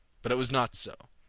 but it was not so.